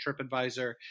TripAdvisor